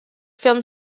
film